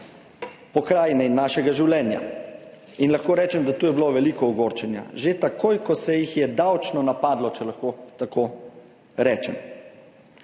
pokrajine in našega življenja. In lahko rečem, da tu je bilo veliko ogorčenja. Že takoj, ko se jih je davčno napadlo, če lahko tako rečem.